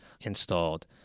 installed